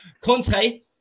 Conte